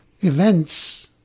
events